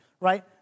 right